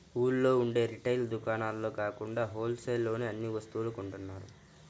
ఊళ్ళో ఉండే రిటైల్ దుకాణాల్లో కాకుండా హోల్ సేల్ లోనే అన్ని వస్తువుల్ని కొంటున్నారు